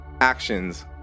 actions